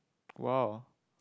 !wow!